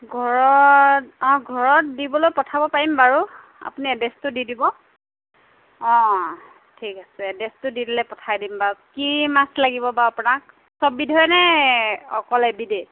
ঘৰত অঁ ঘৰত দিবলৈ পঠাব পাৰিম বাৰু আপুনি এড্ৰেছটো দি দিব অঁ ঠিক আছে এড্ৰেছটো দি দিলে পঠাই দিম বাৰু কি মাছ লাগিব বাৰু আপোনাক চব বিধৰে নে অকল এবিধে